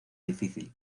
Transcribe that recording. difícil